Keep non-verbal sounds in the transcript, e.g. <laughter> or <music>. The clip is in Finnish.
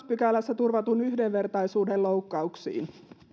<unintelligible> pykälässä turvatun yhdenvertaisuuden loukkauksiin